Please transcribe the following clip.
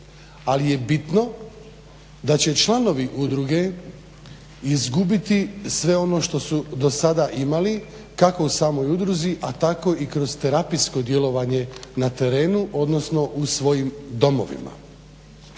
ali je bitno da će i članovi udruge izgubiti sve ono što su do sada imali kako u samoj udruzi, a tako i kroz terapijsko djelovanje na terenu, odnosno u svojim domovima.